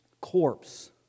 corpse